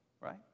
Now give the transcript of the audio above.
right